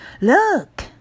Look